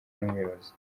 n’umuyobozi